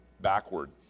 backward